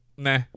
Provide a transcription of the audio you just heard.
Nah